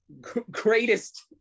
greatest